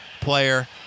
player